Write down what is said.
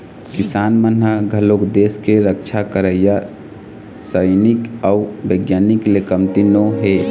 किसान मन ह घलोक देस के रक्छा करइया सइनिक अउ बिग्यानिक ले कमती नो हे